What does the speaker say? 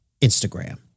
Instagram